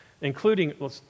including